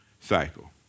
cycle